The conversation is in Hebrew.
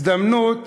הזדמנות